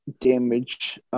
damage